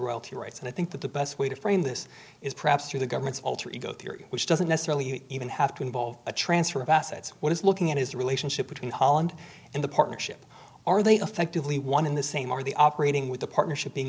royalty rights and i think that the best way to frame this is perhaps through the government's alter ego theory which doesn't necessarily even have to involve a transfer of assets what is looking at is the relationship between holland and the partnership are they effectively one in the same or the operating with the partnersh